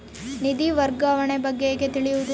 ನಿಧಿ ವರ್ಗಾವಣೆ ಬಗ್ಗೆ ಹೇಗೆ ತಿಳಿಯುವುದು?